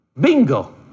bingo